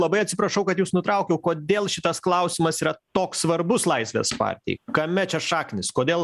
labai atsiprašau kad jus nutraukiau kodėl šitas klausimas yra toks svarbus laisvės partijai kame čia šaknys kodėl